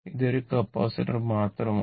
ഇത് ഒരു കപ്പാസിറ്റർ മാത്രമാണ്